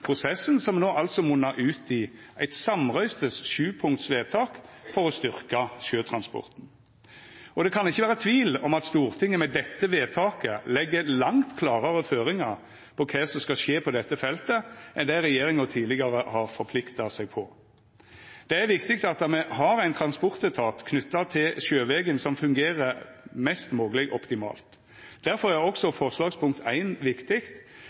prosessen, som no altså munnar ut i eit samrøystes forslag til sju romartalsvedtak for å styrkja sjøtransporten. Det kan ikkje vera tvil om at Stortinget med dette vedtaket legg langt klarare føringar på kva som skal skje på dette feltet, enn det regjeringa tidlegare har forplikta seg til. Det er viktig at me har ein transportetat knytt til sjøvegen som fungerer mest mogleg optimalt. Difor er også forslag til vedtak I viktig,